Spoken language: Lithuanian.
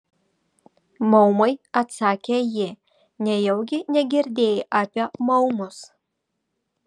maumai atsakė ji nejaugi negirdėjai apie maumus